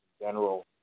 general